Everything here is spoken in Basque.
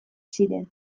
ziren